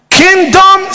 kingdom